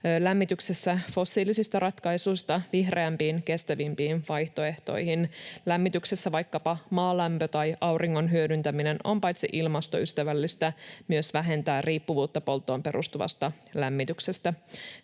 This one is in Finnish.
lämmityksessä fossiilisista ratkaisuista vihreämpiin, kestävämpiin vaihtoehtoihin. Lämmityksessä vaikkapa maalämpö tai auringon hyödyntäminen paitsi on ilmastoystävällistä myös vähentää riippuvuutta polttoon perustuvasta lämmityksestä.